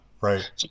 right